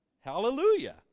Hallelujah